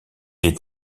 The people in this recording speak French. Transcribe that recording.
est